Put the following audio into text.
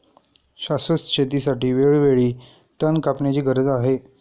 शाश्वत शेतीसाठी वेळोवेळी तण कापण्याची गरज आहे